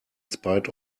spite